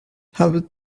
have